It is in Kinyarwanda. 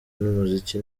n’umuziki